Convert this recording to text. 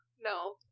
No